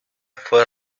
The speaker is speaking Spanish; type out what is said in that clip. fue